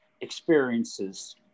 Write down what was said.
experiences